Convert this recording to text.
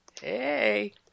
Hey